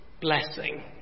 blessing